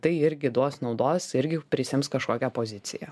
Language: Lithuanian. tai irgi duos naudos irgi prisiims kažkokią poziciją